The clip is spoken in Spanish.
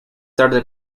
tarde